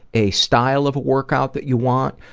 a style of workout that you want,